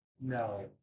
no